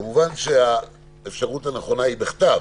כמובן שהאפשרות הנכונה היא בכתב.